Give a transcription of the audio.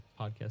podcast